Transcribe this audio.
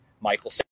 michael